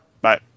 Bye